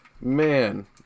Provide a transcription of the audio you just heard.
man